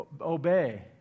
obey